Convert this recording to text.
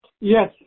Yes